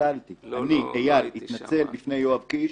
והתנצלתי אני, איל, התנצל בפני יואב קיש.